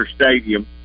Stadium